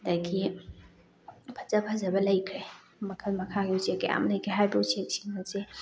ꯑꯗꯒꯤ ꯐꯖ ꯐꯖꯕ ꯂꯩꯈ꯭ꯔꯦ ꯃꯈꯜ ꯃꯈꯥꯒꯤ ꯎꯆꯦꯛ ꯀꯌꯥ ꯑꯃ ꯂꯩꯈ꯭ꯔꯦ ꯍꯥꯏꯔꯤꯕ ꯎꯆꯦꯛꯁꯤꯡ ꯑꯁꯦ